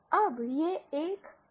अब यह एक आईटरेटीव इक्वेशन है